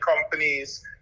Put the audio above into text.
companies